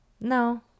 No